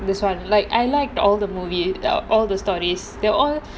this [one] like I liked all the movie out all the stories they're all